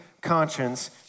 conscience